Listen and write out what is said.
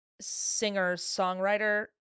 singer-songwriter